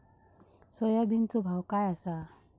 सोयाबीनचो भाव काय आसा?